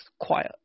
quiet